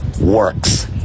works